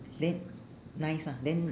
then nice ah then